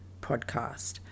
podcast